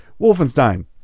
Wolfenstein